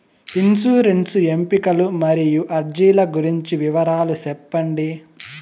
insurance ఎంపికలు మరియు అర్జీల గురించి వివరాలు సెప్పండి